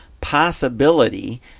possibility